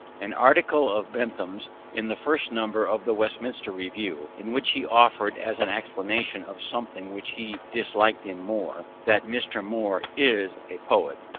an article of bingham's in the first number of the westminster review, in which he offered as an explanation of something which he disliked in moore, that mr. moore is a poet,